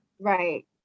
right